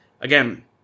again